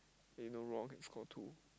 eh no Roar can score two